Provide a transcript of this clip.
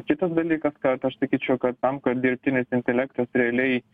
kitas dalykas kad aš sakyčiau kad tam kad dirbtinis intelektas realiai